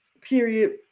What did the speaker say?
Period